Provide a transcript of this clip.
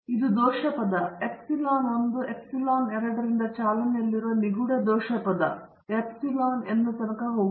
ಮತ್ತು ಇದು ದೋಷ ಪದ ಎಪ್ಸಿಲನ್ 1 ಎಪ್ಸಿಲನ್ 2 ರಿಂದ ಚಾಲನೆಯಲ್ಲಿರುವ ನಿಗೂಢ ದೋಷ ಪದವು ಎಪ್ಸಿಲನ್ n ರೈಟ್ಗೆ